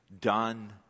done